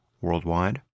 worldwide